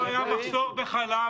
לא היה מחסור בחלב.